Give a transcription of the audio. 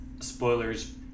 spoilers